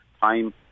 time